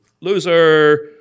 loser